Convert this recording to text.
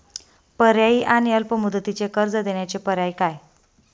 पर्यायी आणि अल्प मुदतीचे कर्ज देण्याचे पर्याय काय?